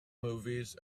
movies